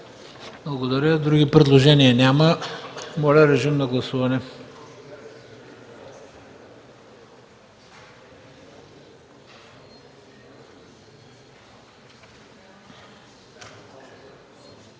Благодаря. Други предложения няма. Моля, режим на гласуване.